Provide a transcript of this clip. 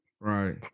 Right